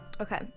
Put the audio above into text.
Okay